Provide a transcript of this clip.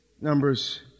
Numbers